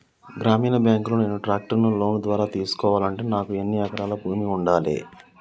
గ్రామీణ బ్యాంక్ లో నేను ట్రాక్టర్ను లోన్ ద్వారా తీసుకోవాలంటే నాకు ఎన్ని ఎకరాల భూమి ఉండాలే?